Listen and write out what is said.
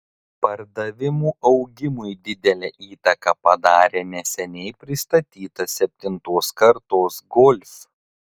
pardavimų augimui didelę įtaką padarė neseniai pristatytas septintos kartos golf